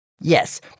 Yes